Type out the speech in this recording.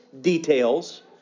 details